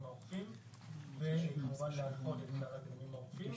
האוכפים וכמובן להנחות את כלל הגורמים האוכפים.